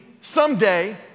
someday